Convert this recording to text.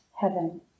heaven